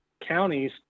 counties